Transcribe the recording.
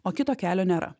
o kito kelio nėra